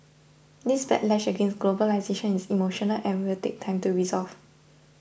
this backlash against globalisation is emotional and will take time to resolve